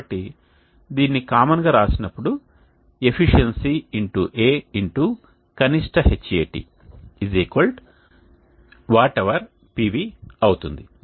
కాబట్టి దీనిని కామన్ గా రాసినప్పుడు ఎఫిసియన్సీ X A X కనిష్ట Hat వాట్ అవర్ PV అవుతుంది